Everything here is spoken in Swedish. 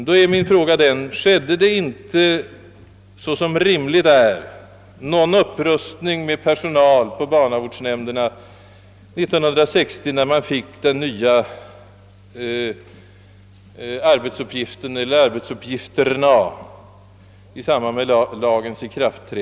Då är min fråga: Genomfördes inte — såsom rimligt vore — någon upprustning med personal på barnavårdsnämnderna år 1960, när barnavårdsnämnderna vid den nya lagens ikraftträdande fick dessa ytterligare arbetsuppgifter?